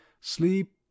Sleep